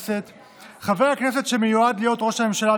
חבר הכנסת שמיועד להיות ראש הממשלה,